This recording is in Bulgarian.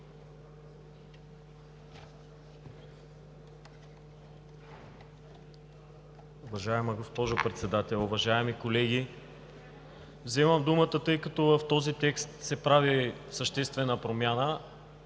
Вземам думата, тъй като в текста се прави съществена промяна.